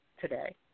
today